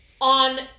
on